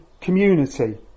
community